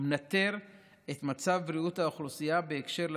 ומנטר את מצב בריאות האוכלוסייה בהקשר של